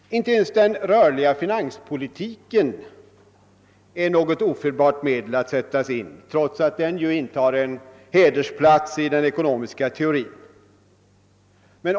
Inte ens den rörliga finanspolitiken är något ofelbart medel, trots att den intar en hederplats i den ekonomiska teorin.